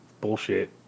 bullshit